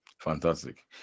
fantastic